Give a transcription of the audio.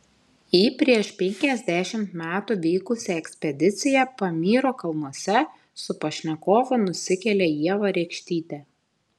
į prieš penkiasdešimt metų vykusią ekspediciją pamyro kalnuose su pašnekovu nusikelia ieva rekštytė